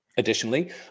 Additionally